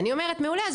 אז אני אומרת מעולה,